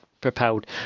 propelled